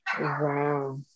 Wow